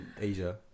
Asia